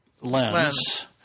lens